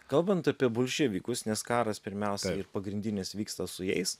kalbant apie bolševikus nes karas pirmiausia ir pagrindinis vyksta su jais